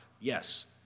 Yes